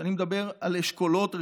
ואני מדבר על אשכולות רישום.